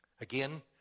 Again